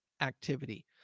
activity